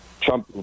Trump